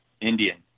Indian